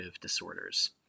disorders